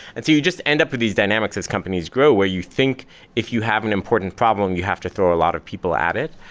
you you just end up with these dynamics as companies grow, where you think if you have an important problem, you have to throw a lot of people at it.